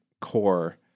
core